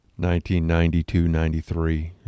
1992-93